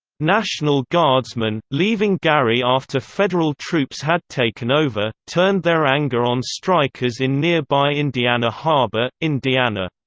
national guardsmen, leaving gary after federal troops had taken over, turned their anger on strikers in nearby indiana harbor, indiana.